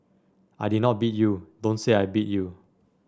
I did not beat you Don't say I beat you